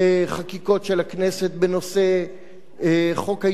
בנושאי חוק ההתאזרחות או חוק האזרחות,